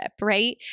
right